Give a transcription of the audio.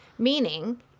Meaning